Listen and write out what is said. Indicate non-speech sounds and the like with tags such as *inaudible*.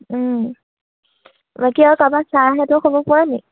*unintelligible*